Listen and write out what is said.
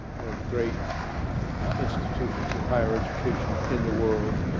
one of the great institutions of higher education in the world,